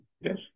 yes